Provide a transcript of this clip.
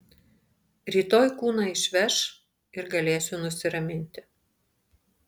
rytoj kūną išveš ir galėsiu nusiraminti